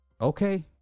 Okay